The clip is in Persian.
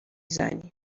زنیم